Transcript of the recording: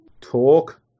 talk